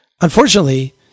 Unfortunately